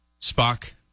Spock